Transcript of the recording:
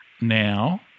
now